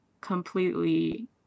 completely